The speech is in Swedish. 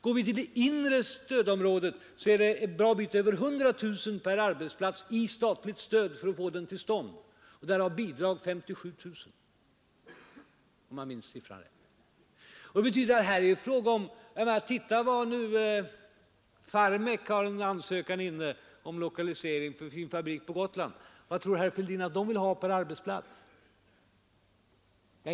Och i det inre stödområdet krävs det en bra bit över 100 000 kronor per arbetsplats i statligt stöd för att få jobben till stånd — därav 57 000 i bidrag, om jag minns rätt. Farmek har en ansökan inne om lokaliseringsstöd för sin fabrik på Gotland. Vad tror herr Fälldin att man vill ha per arbetsplats?